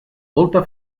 molta